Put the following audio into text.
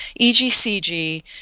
EGCG